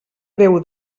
déu